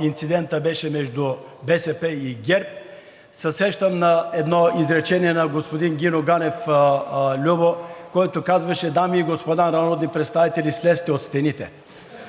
инцидентът беше между БСП и ГЕРБ, се сещам за едно изречение на господин Гиньо Ганев, Любо, който казваше: „Дами и господа народни представители, слезте от стените.“